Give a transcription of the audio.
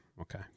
Okay